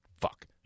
Fuck